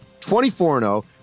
24-0